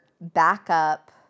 backup